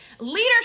Leadership